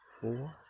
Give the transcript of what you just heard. four